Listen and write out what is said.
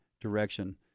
direction